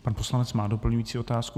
Pan poslanec má doplňující otázku.